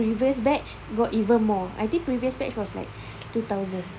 previous batch got even more I think previous batch was like two thousand